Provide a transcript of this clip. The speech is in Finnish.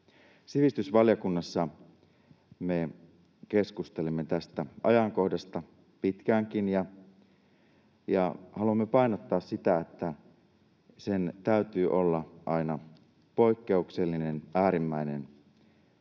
Sivistysvaliokunnassa me keskustelimme tästä ajankohdasta pitkäänkin ja haluamme painottaa sitä, että sen täytyy olla aina poikkeuksellinen, äärimmäinen toimi.